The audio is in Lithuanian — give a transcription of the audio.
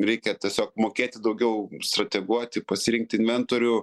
reikia tiesiog mokėti daugiau strateguoti pasirinkti mentorių